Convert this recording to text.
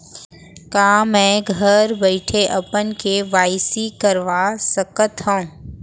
का मैं घर बइठे अपन के.वाई.सी करवा सकत हव?